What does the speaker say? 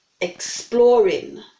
exploring